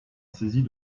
saisie